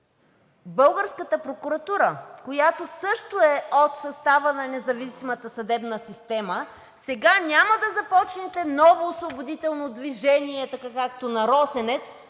българската прокуратура, която също е от състава на независимата съдебна система, сега няма да започнете ново освободително движение, така както на Росенец,